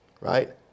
right